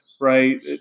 right